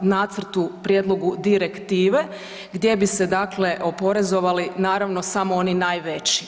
nacrtu prijedlogu direktive, gdje bi se dakle oporezovali naravno samo oni najveći.